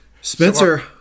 Spencer